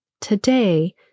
Today